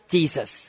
Jesus